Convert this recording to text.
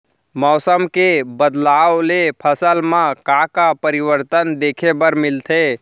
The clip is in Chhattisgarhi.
मौसम के बदलाव ले फसल मा का का परिवर्तन देखे बर मिलथे?